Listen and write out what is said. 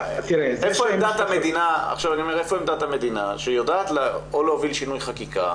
איפה עמדת המדינה שיודעת או להוביל שינוי חקיקה